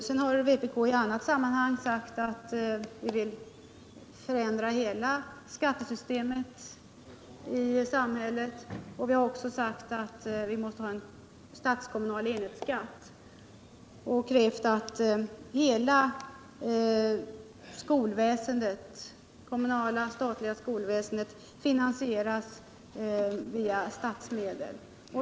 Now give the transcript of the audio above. Vpk har också i annat sammanhang sagt att vi vill förändra hela skattesystemet i samhället. Vi har förklarat att vi måste ha en statskommunal enhetsskatt, och vi har krävt att hela det kommunala och statliga skolväsendet skall finansieras via statsmedel.